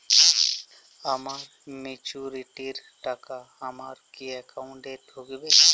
আমার ম্যাচুরিটির টাকা আমার কি অ্যাকাউন্ট এই ঢুকবে?